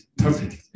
perfect. (